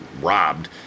robbed